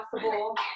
possible